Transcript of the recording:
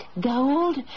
Gold